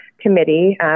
Committee